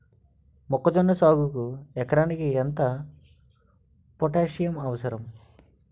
మొక్కజొన్న సాగుకు ఎకరానికి ఎంత పోటాస్సియం అవసరం?